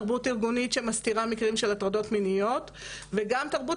תרבות ארגונית שמסתירה מקרים של הטרדות מיניות וגם תרבות